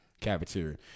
Cafeteria